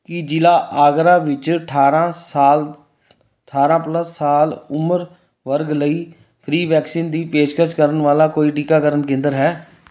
ਕੀ ਜ਼ਿਲ੍ਹਾ ਆਗਰਾ ਵਿੱਚ ਅਠਾਰਾਂ ਸਾਲ ਅਠਾਰਾਂ ਪਲੱਸ ਸਾਲ ਉਮਰ ਵਰਗ ਲਈ ਫ੍ਰੀ ਵੈਕਸੀਨ ਦੀ ਪੇਸ਼ਕਸ਼ ਕਰਨ ਵਾਲਾ ਕੋਈ ਟੀਕਾਕਰਨ ਕੇਂਦਰ ਹੈ